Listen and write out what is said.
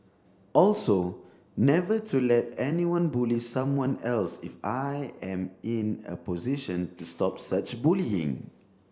also never to let anyone bully someone else if I am in a position to stop such bullying